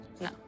No